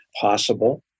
possible